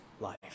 life